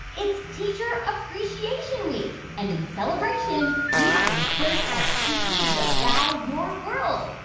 it's teacher appreciation week. and in celebration, we are in search of teachers that wow your world.